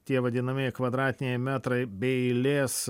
tie vadinamieji kvadratiniai metrai be eilės